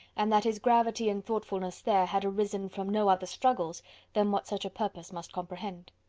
and that his gravity and thoughtfulness there had arisen from no other struggles than what such a purpose must comprehend.